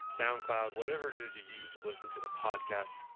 soundcloud, whatever it is you use to listen to the podcast.